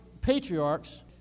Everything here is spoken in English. patriarchs